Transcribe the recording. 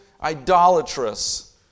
idolatrous